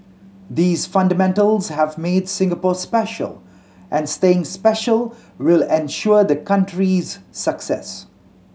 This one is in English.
these fundamentals have made Singapore special and staying special will ensure the country's success